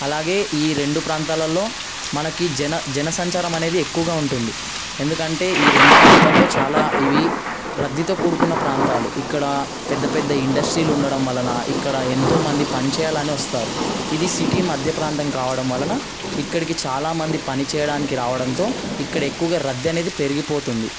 అలాగే ఈ రెండు ప్రాంతాలలో మనకి జన జనసంచారం అనేది ఎక్కువగా ఉంటుంది అంటే ఈ రెండు ప్రాంతాల్లో చాలా ఇవి రద్దీతో కూడుకున్న ప్రాంతాలు ఇక్కడ పెద్ద పెద్ద ఇండస్ట్రీలు ఉండడం వలన ఇక్కడ ఎంతో మంది పనిచేయాలని వస్తారు ఇది సిటీ మధ్య ప్రాంతం కావడం వలన ఇక్కడికి చాలామంది పనిచేయడానికి రావడంతో ఇక్కడ ఎక్కువగా రద్దు అనేది పెరిగిపోతుంది